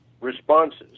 responses